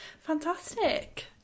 fantastic